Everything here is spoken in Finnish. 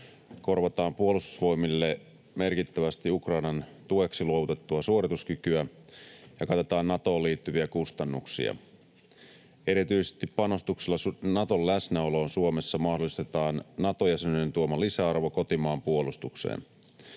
korvataan Puolustusvoimille merkittävästi Ukrainan tueksi luovutettua suorituskykyä ja katetaan Natoon liittyviä kustannuksia. Erityisesti panostuksella Naton läsnäoloon Suomessa mahdollistetaan Nato-jäsenyyden tuoma lisäarvo kotimaan puolustukseen.